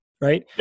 right